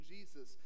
Jesus